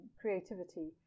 creativity